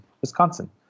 Wisconsin